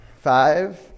Five